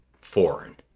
foreign